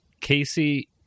Casey